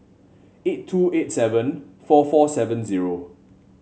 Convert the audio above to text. eight two eight seven four four seven zero